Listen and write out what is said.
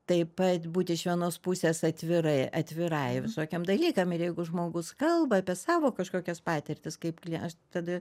taip pat būt iš vienos pusės atvirai atvirai visokiem dalykam ir jeigu žmogus kalba apie savo kažkokias patirtis kaip aš tada